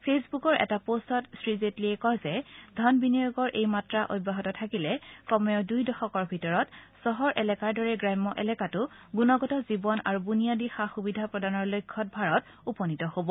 ফেচবুকৰ এটা পোষ্টত শ্ৰীজেটলীয়ে কয় যে ধন বিনিয়োগৰ এই মাত্ৰা অব্যাহত থাকিলে কমেও দুই দশকৰ ভিতৰত চহৰ এলেকাৰ দৰে গ্ৰাম্য এলেকাতো গুণগত জীৱন আৰু বুনিয়াদী সা সুবিধা প্ৰদানৰ লক্ষ্যত ভাৰত উপনীত হ'ব